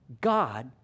God